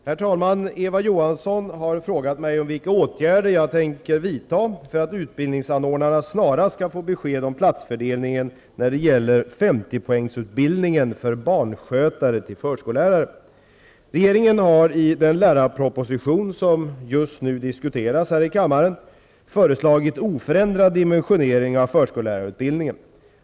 Herr talman! Eva Johansson har frågat mig vilka åtgärder jag tänker vidta för att utbildningsanordnarna snarast skall få besked om platsfördelningen när det gäller 50 Regeringen har i lärarpropositionen föreslagit oförändrad dimensionering av förskollärarutbildningen.